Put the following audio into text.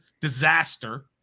disaster